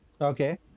okay